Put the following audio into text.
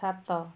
ସାତ